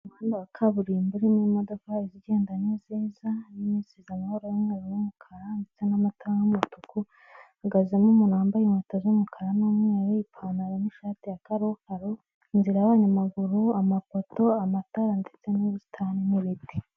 Umuhanda wa kaburimbo urimo imodoka izigenda n'iziza, irimo isize amabara y'umweru n'umukara ndetse n'amatara y'umutuku, uhagazemo umuntu wambaye inkweto z'umukara n'umweru, ipantaro n'ishati ya karokaro, inzira y'abanyamaguru, amapoto, amatara ndetse n'ubusitani n'ibiti.